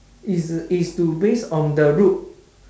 is is to base on the road